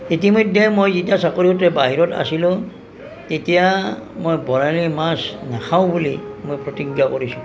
ইতিমধ্যে মই যেতিয়া চাকৰি সূত্ৰে বাহিৰত আছিলো তেতিয়া মই বৰালি মাছ নাখাওঁ বুলি মই প্ৰতিজ্ঞা কৰিছিলোঁ